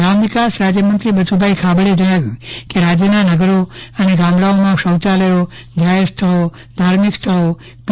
ગ્રામ્ય વિકાસ રાજ્ય મંત્રી શ્રી બચુભાઇ ખાબડે જણાવ્યું કે રાજ્યના નગરો ગામડાઓમાં શૌચાલયો જાહેર સ્થળો ધાર્મિક સ્થળો પી